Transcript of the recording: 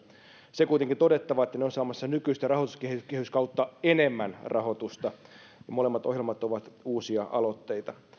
se kuitenkin on todettava että ne ovat saamassa nykyistä rahoituskehyskautta enemmän rahoitusta ja molemmat ohjelmat ovat uusia aloitteita